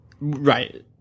Right